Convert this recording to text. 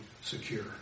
secure